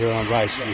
on rice.